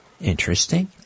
Interesting